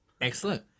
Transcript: Excellent